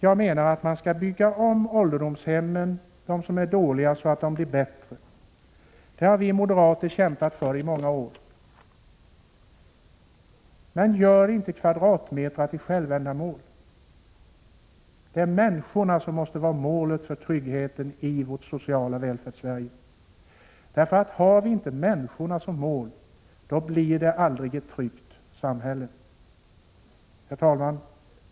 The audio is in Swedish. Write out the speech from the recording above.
Jag menar att man skall bygga om de ålderdomshem som är dåliga så att de blir bättre. Det har vi moderater kämpat för i många år. Men gör inte kvadratmeter till självändamål. Det är människorna som måste vara målet för tryggheten i vårt sociala Välfärdssverige. Har vi inte människorna som mål, då blir det aldrigt ett tryggt samhälle. Herr talman!